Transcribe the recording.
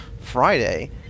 Friday